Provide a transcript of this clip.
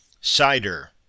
Cider